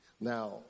Now